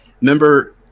Remember